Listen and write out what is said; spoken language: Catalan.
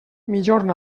migjorn